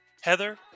Heather